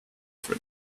for